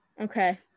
Okay